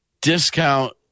discount